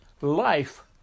life